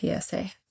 PSA